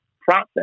process